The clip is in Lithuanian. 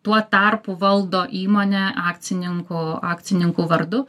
tuo tarpu valdo įmonę akcininkų akcininkų vardu